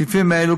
סעיפים אלה,